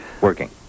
working